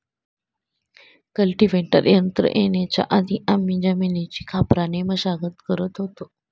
cultivator यंत्र येण्याच्या आधी आम्ही जमिनीची खापराने मशागत करत होतो